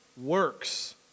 works